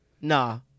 Nah